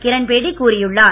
கிரண்பேடி கூறியுள்ளார்